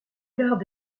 garde